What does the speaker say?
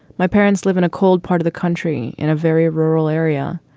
my parents live in a cold part of the country in a very rural area.